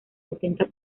setenta